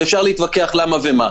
ואפשר להתווכח למה ומה.